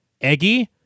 Eggie